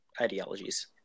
ideologies